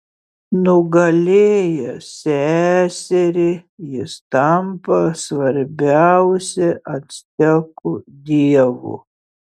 nugalėjęs seserį jis tampa svarbiausiu actekų dievu